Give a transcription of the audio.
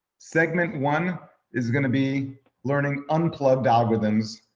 segment one is gonna be learning unplugged algorithms.